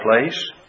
place